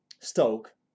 Stoke